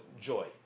joy